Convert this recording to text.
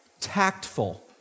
tactful